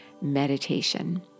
meditation